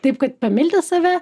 taip kad pamilti save